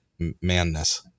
manness